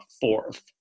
fourth